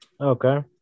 Okay